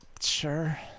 Sure